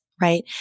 right